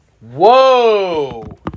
Whoa